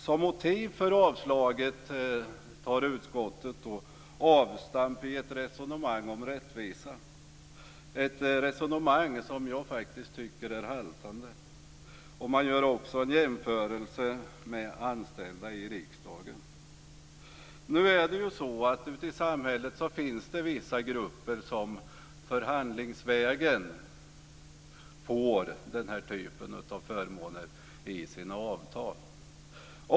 Som motiv för avslaget tar utskottet avstamp i ett rättviseresonemang som jag tycker är haltande. Man gör också en jämförelse med de anställda i riksdagen. Ute i samhället finns det vissa grupper som förhandlingsvägen fått den här typen av förmåner i sina avtal.